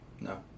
No